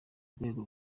urwego